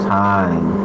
time